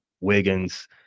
Wiggins